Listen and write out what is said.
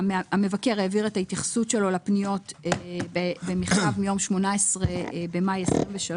המבקר העביר את ההתייחסות שלו לפניות במכתב מיום 18 במאי 2023,